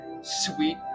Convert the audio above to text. Sweet